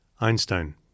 Einstein